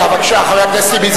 ראש סיעה, בבקשה, חבר הכנסת טיבי.